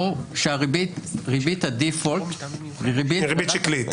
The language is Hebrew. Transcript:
שריבית הדיפולט --- היא ריבית שקלית.